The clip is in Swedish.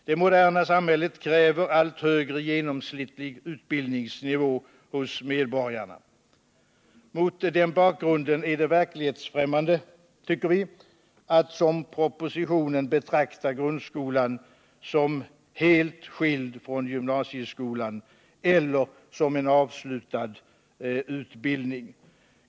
Det moderna samhället kräver allt högre genomsnittlig utbildningsnivå hos medborgarna. Mot den bakgrunden anser vi det vara verklighetsfrämmande att, som man gör i propositionen, betrakta grundskolan som helt skild från gymnasieskolan eller som en avslutad utbildning.